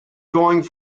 going